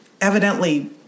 evidently